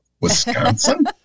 Wisconsin